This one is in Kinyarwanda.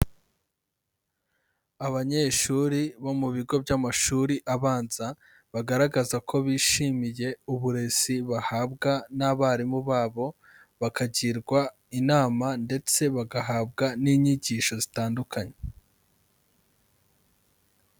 Abanyeshuri bo mu bigo by'amashuri abanza, bagaragaza ko bishimiye uburezi bahabwa n'abarimu babo, bakagirwa inama ndetse bagahabwa n'inyigisho zitandukanye.